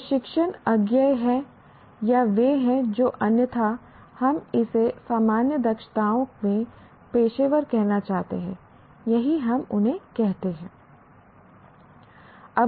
वे शिक्षण अज्ञेय हैं या वे हैं जो अन्यथा हम इसे सामान्य दक्षताओं में पेशेवर कहना चाहते हैं यही हम उन्हें कहते हैं